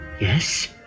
Yes